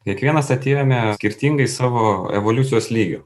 kiekvienas atėjome skirtingai savo evoliucijos lygio